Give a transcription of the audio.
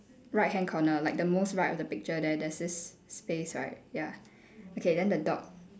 right hand corner like the most right of the picture there there's this space right ya okay then the dog